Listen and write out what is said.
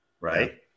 Right